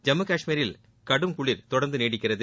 ஜம்மு கஷ்மீரில் குளிர் தொடர்ந்து நீடிக்கிறது